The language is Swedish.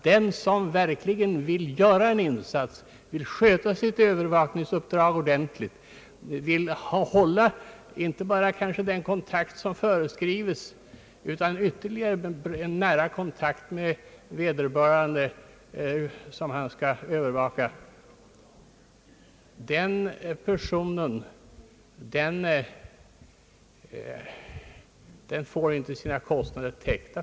Den som verkligen vill göra en insats, vill sköta sitt övervakningsuppdrag ordentligt, vill hålla inte bara den kontakt som föreskrives utan kanske ytterligare en nära kontakt med den som skall övervakas, den personen får för närvarande inte sina kostnader täckta.